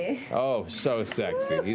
yeah oh, so sexy.